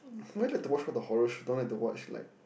why you like all the horror show don't like to watch like